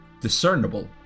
discernible